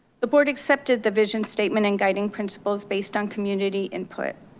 the board accepted the vision statement and guiding principles based on community input.